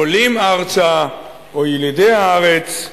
עולים ארצה או ילידי הארץ.